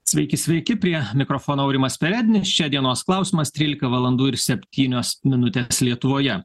sveiki sveiki prie mikrofono aurimas perednis čia dienos klausimas trylika valandų ir septynios minutės lietuvoje